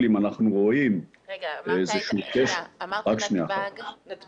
אם אנחנו מגלים שיש איזשהו קצה חוט במדינת ישראל,